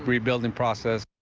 rebuilding process.